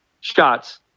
shots